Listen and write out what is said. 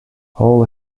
all